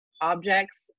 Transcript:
objects